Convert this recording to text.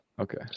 Okay